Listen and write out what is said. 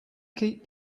keep